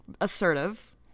assertive